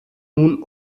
nun